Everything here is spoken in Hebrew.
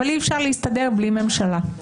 אבל אי-אפשר להסתדר בלי ממשלה.